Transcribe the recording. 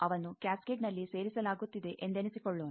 ಅವನ್ನು ಕ್ಯಾಸ್ಕೆಡ್ನಲ್ಲಿ ಸೇರಿಸಲಾಗುತ್ತಿದೆ ಎಂದೆಣಿಸಿಕೊಳ್ಳೋಣ